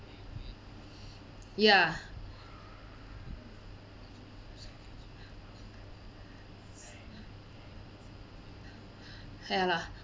ya have lah